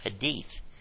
Hadith